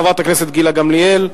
חברת הכנסת גילה גמליאל.